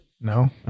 No